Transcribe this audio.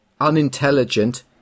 unintelligent